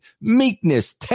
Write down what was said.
meekness